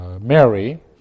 Mary